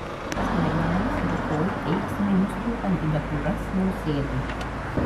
skvernelis rytoj teiks ministrų kandidatūras nausėdai